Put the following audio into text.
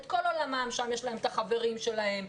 שם יש להם את החברים שלהם,